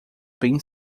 bem